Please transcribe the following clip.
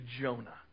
Jonah